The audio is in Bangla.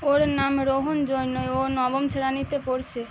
ওর নাম রোহণ জৈন ও নবম শ্রেণীতে পড়ছে